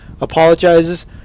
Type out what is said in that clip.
apologizes